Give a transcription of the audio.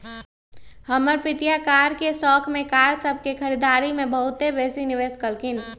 हमर पितिया कार के शौख में कार सभ के खरीदारी में बहुते बेशी निवेश कलखिंन्ह